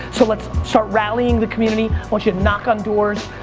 so let's start rallying the community, want you to knock on doors,